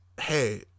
Hey